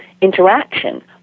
interaction